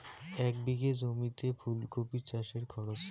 এক বিঘে জমিতে ফুলকপি চাষে খরচ?